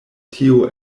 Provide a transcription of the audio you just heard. tio